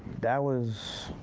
that was,